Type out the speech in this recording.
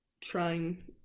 trying